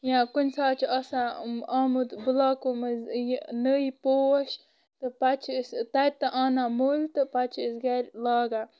یا کُںہِ ساتہٕ چھُ آسان آمُت بُلاکو منٛزٕ یہِ نوٚو پوش تہٕ پتہٕ چھِ أسۍ تتہِ تہِ انان مٔلۍ پتہٕ چھِ أسۍ گرِ لاگان